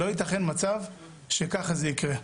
לא יתכן מצב שככה זה יקרה.